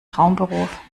traumberuf